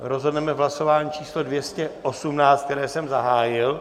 Rozhodneme v hlasování číslo 218, které jsem zahájil.